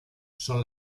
son